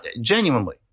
genuinely